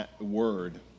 word